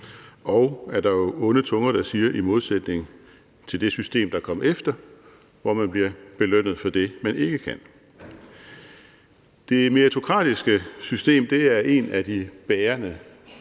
Og – er der jo onde tunger, der siger – i modsætning til det system, der er kommet efter, hvor man bliver belønnet for det, man ikke kan. Det meritokratiske system er en af de bærende